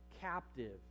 captive